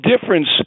difference